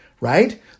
right